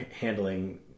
handling